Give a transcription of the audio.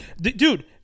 Dude